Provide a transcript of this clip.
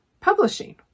publishing